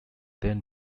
then